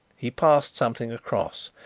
he passed something across.